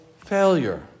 failure